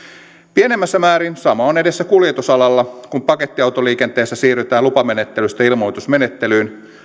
pienemmässä määrin sama on edessä kuljetusalalla kun pakettiautoliikenteessä siirrytään lupamenettelystä ilmoitusmenettelyyn